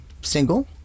single